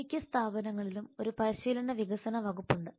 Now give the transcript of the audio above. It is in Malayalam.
മിക്ക സ്ഥാപനങ്ങളിലും ഒരു പരിശീലന വികസന വകുപ്പുണ്ട്